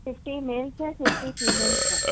fifty males ہیں fifty females ہیں